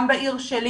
גם בעיר שלי